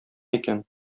икән